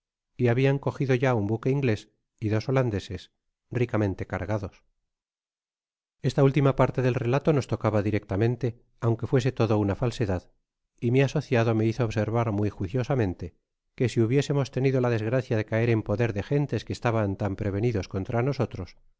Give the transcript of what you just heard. y habian cojido ya un buque inglés y dos holandeses ricamente cargados esta última parte del relato nos tocaba directamente aunque fuese todo usa falsedad y mi asociado me hizo observar muy juiciosamente que si hubiésemos tenido la desgracia de caer en poder de gentes que estaban tan prevenidos contra nosotros